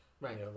right